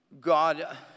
God